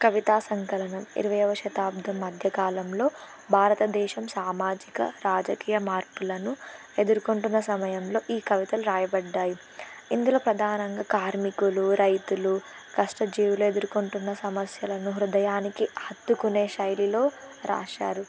కవితా సంకలనం ఇరవైయ్యవ శతాబ్దం మధ్యకాలంలో భారతదేశం సామాజిక రాజకీయ మార్పులను ఎదుర్కొంటున్న సమయంలో ఈ కవితలు రాయబడ్డాయి ఇందులో ప్రధానంగా కార్మికులు రైతులు కష్టజీవులు ఎదుర్కొంటున్న సమస్యలను హృదయానికి హత్తుకునే శైలిలో రాశారు